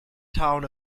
town